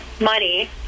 money